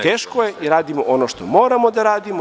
Teško je i radimo ono što moramo da radimo.